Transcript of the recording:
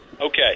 Okay